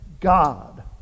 God